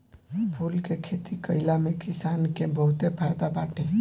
फूल के खेती कईला में किसान के बहुते फायदा बाटे